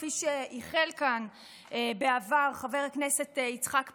כפי שייחל כאן בעבר חבר הכנסת יצחק פינדרוס,